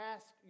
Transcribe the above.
Ask